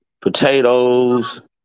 potatoes